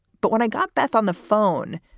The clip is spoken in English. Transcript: but when i got beth on the phone,